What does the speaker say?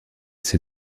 ses